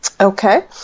Okay